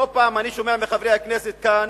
לא פעם אני שומע מחברי הכנסת כאן,